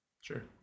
sure